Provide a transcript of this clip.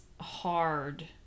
hard